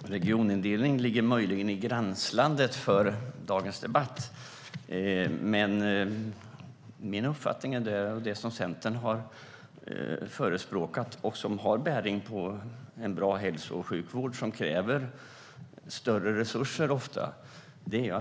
Herr talman! Regionindelning ligger möjligen i gränslandet för dagens debatt. Min uppfattning är det som Centern har förespråkat. Det har bäring på en bra hälso och sjukvård som ofta kräver mer resurser.